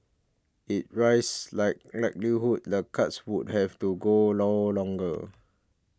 it rises the likelihood the cuts would have to go long longer